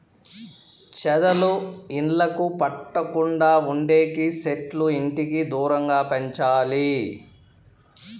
చెదలు ఇళ్లకు పట్టకుండా ఉండేకి సెట్లు ఇంటికి దూరంగా పెంచాలి